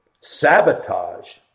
sabotage